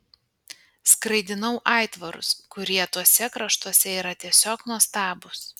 skraidinau aitvarus kurie tuose kraštuose yra tiesiog nuostabūs